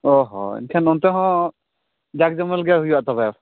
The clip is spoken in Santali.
ᱚ ᱦᱚᱸ ᱮᱱᱠᱷᱟᱱ ᱚᱱᱛᱮ ᱦᱚᱸ ᱡᱟᱠ ᱡᱚᱢᱚᱠ ᱜᱮ ᱦᱩᱭᱩᱜᱼᱟ ᱛᱚᱵᱮ